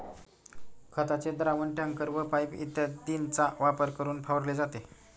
खताचे द्रावण टँकर व पाइप इत्यादींचा वापर करून फवारले जाते